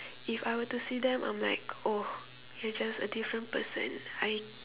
if I were to see them I'm like oh you're just a different person I